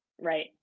Right